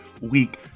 week